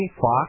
Fox